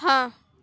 ہاں